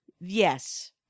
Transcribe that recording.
Yes